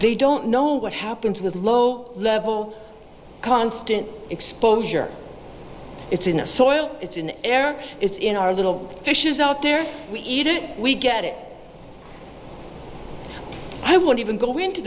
they don't know what happens with low level constant exposure it's in a soil it's in air it's in our little fishes out there we eat it we get it i won't even go into